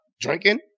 drinking